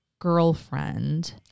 girlfriend